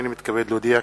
הנני מתכבד להודיע,